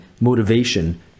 motivation